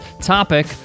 topic